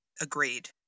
Agreed